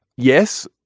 yes,